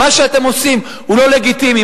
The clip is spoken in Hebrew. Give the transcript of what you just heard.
מה שאתם עושים הוא לא לגיטימי.